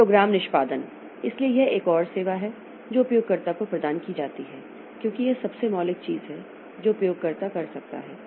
फिर प्रोग्राम निष्पादन इसलिए यह एक और सेवा है जो उपयोगकर्ता को प्रदान की जाती है क्योंकि यह सबसे मौलिक चीज है जो उपयोगकर्ता कर सकता है